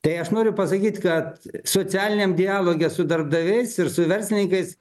tai aš noriu pasakyt kad socialiniam dialoge su darbdaviais ir su verslininkais